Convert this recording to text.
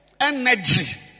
energy